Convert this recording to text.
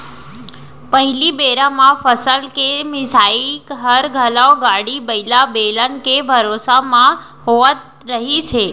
पहिली बेरा म फसल के मिंसाई हर घलौ गाड़ी बइला, बेलन के भरोसा म होवत रहिस हे